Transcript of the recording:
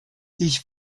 ich